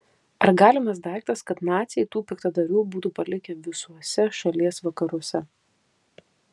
ar galimas daiktas kad naciai tų piktadarių būtų palikę visuose šalies vakaruose